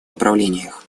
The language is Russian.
направлениях